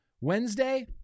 Wednesday